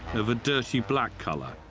of a dirty black color,